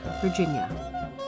Virginia